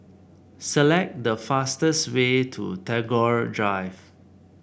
select the fastest way to Tagore Drive